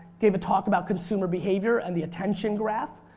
gave a talk about consumer behavior and the attention graph.